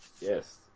Yes